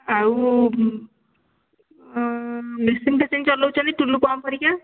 ଆଉ ମେସିନ୍ ଫେସିନ୍ ଚଲଉଛନ୍ତି ଟୁଲୁ ପମ୍ପ୍ ହରିକା